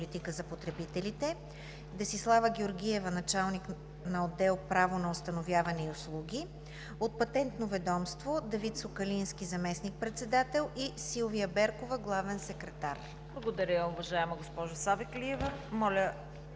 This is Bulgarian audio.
Благодаря, уважаема госпожо Савеклиева. Моля,